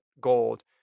gold